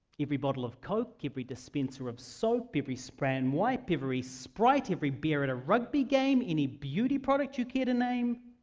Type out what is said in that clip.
every bottle of coke, every dispenser of soap, every spray and wipe, every sprite, every beer at a rugby game, any beauty product you care to name